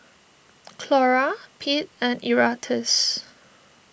Clora Pete and Erastus